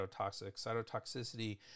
Cytotoxicity